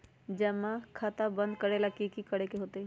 जमा खाता बंद करे ला की करे के होएत?